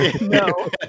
No